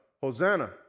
Hosanna